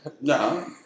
No